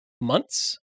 months